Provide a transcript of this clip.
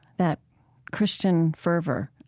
that christian fervor,